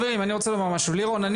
לירון,